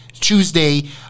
Tuesday